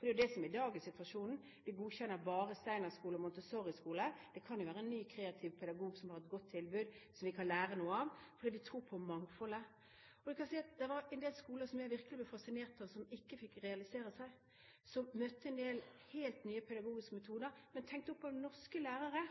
Det er det som er dagens situasjon. Vi godkjenner bare steinerskoler og montessoriskoler. Det kan jo være en ny kreativ pedagog som har et godt tilbud som vi kan lære noe av, for vi tror på mangfoldet. Det var en del skoler som jeg virkelig ble fascinert av, som ikke fikk realisere seg, skoler med helt nye pedagogiske metoder, som var uttenkt av norske lærere,